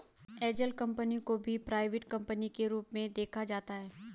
angel company को भी private company के रूप में देखा जाता है